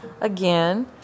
again